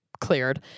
cleared